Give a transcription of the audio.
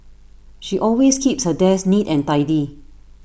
she always keeps her desk neat and tidy